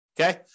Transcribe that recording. Okay